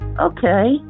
Okay